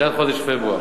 בתחילת חודש פברואר.